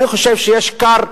אני חושב שיש כר,